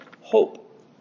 hope